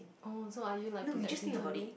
oh so are you like protecting her again